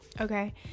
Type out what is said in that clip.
okay